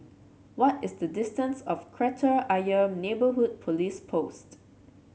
what is the distance of Kreta Ayer Neighbourhood Police Post